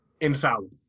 infallible